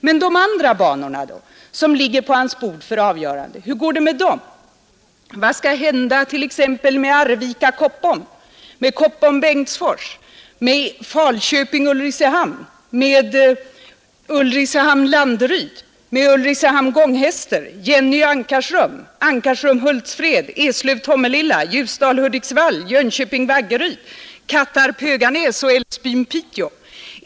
Men de andra banorna då, som ligger på hans bord för avgörande? Hur går det med dem? Vad skall hända med t.ex. Arvika—-Koppom, med Koppom —Bengtsfors, med Falköping—Ulricehamn, med Ulricehamn— Landeryd, med Ulricehamn —Gånghester, med Jenny-—-Ankarsrum, med Ankarsrum —Hultsfred, med Eslöv— Tomelilla, med Ljusdal—Hudiksvall, med Jönköping-Vaggeryd, med Kattarp-Höganäs och med Älvsbyn— Piteå?